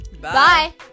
Bye